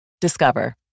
Discover